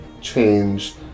change